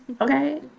Okay